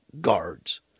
guards